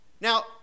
Now